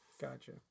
Gotcha